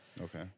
Okay